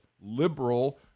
liberal